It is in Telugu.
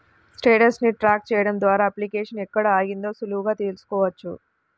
స్టేటస్ ని ట్రాక్ చెయ్యడం ద్వారా అప్లికేషన్ ఎక్కడ ఆగిందో సులువుగా తెల్సుకోవచ్చు